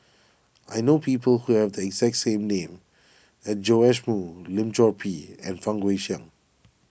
I know people who have the exact name as Joash Moo Lim Chor Pee and Fang Guixiang